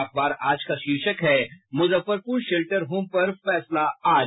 अखबार आज का शीर्षक है मुजफ्फरपुर शेल्टर होम पर फैसला आज